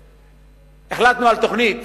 החלטנו על תוכנית